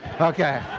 Okay